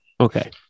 Okay